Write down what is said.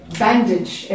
bandage